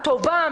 טובה,